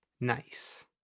Nice